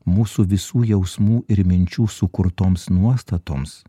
mūsų visų jausmų ir minčių sukurtoms nuostatoms